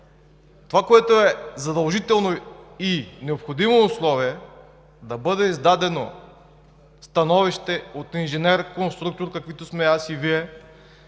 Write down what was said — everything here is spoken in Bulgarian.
Това, което е задължително и необходимо условие, е да бъде издадено становище от инженер конструктор, каквито сме аз и Вие,